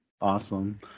Awesome